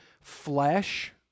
flesh